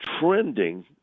trending